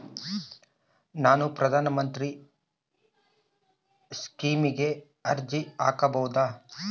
ನಾನು ಪ್ರಧಾನ ಮಂತ್ರಿ ಸ್ಕೇಮಿಗೆ ಅರ್ಜಿ ಹಾಕಬಹುದಾ?